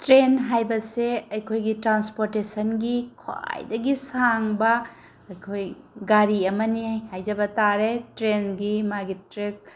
train ꯍꯥꯏꯕꯁꯦ ꯑꯩꯈꯣꯏꯒꯤ ꯇ꯭ꯔꯥꯟꯁꯄꯣꯔꯇꯦꯁꯟꯒꯤ ꯈ꯭ꯋꯥꯏꯗꯒꯤ ꯁꯥꯡꯕ ꯑꯩꯈꯣꯏ ꯒꯥꯔꯤ ꯑꯃꯅꯤ ꯍꯥꯏꯖꯕ ꯇꯥꯔꯦ ꯇ꯭ꯔꯦꯟꯒꯤ ꯃꯥꯒꯤ ꯇ꯭ꯔꯦꯛ